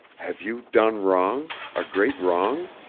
have you done wrong a great wrong?